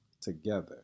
together